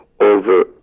over